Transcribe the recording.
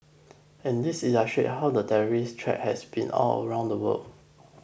and these illustrate how the terrorist threat has been all around the world